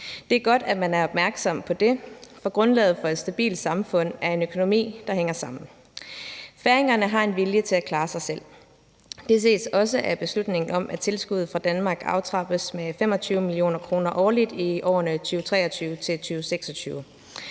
Det er godt, at man er opmærksom på det, for grundlaget for et stabilt samfund er en økonomi, der hænger sammen. Færingerne har en vilje til at klare sig selv. Det ses også af beslutningen om, at tilskuddet fra Danmark aftrappes med 25 mio. kr. årligt i årene 2023-2026.